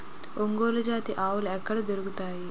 ఒంగోలు జాతి ఆవులు ఎక్కడ దొరుకుతాయి?